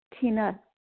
Tina